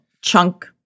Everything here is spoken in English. chunk